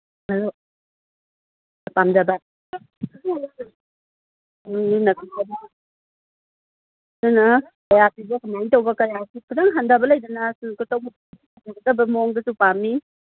ꯑꯗꯨ ꯄꯥꯝꯖꯕ ꯑꯗꯨꯅ ꯀꯌꯥ ꯄꯤꯕ ꯀꯃꯥꯏ ꯇꯧꯕ ꯀꯌꯥ ꯈꯤꯇꯪ ꯍꯟꯗꯕ ꯂꯩꯗꯅ ꯐꯖꯒꯗꯧꯕ ꯃꯑꯣꯡꯗꯁꯨ ꯄꯥꯝꯃꯤ